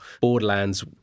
Borderlands